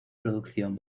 producción